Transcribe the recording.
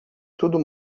tudo